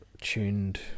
tuned